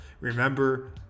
Remember